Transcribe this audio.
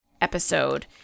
episode